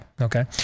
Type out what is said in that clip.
Okay